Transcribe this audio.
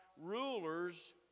rulers